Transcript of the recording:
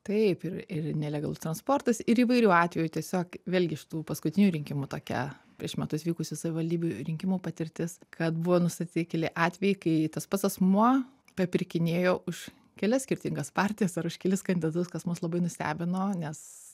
taip ir ir nelegalus transportas ir įvairių atvejų tiesiog vėlgi iš tų paskutinių rinkimų tokia prieš metus vykusių savivaldybių rinkimų patirtis kad buvo nustatyti keli atvejai kai tas pats asmuo papirkinėjo už kelias skirtingas partijas ar už kelis kandidatus kas mus labai nustebino nes